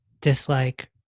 dislike